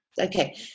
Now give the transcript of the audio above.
okay